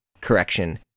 correction